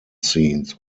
scenes